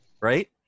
right